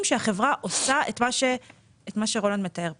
שהחברה עושה את מה שרולנד מתאר כאן.